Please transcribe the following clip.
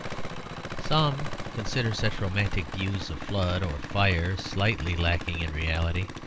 some consider such romantic views of flood or fire slightly lacking in reality.